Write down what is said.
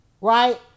right